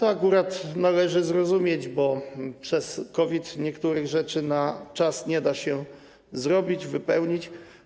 To akurat należy zrozumieć, bo przez COVID niektórych rzeczy na czas nie da się zrobić, wypełnić.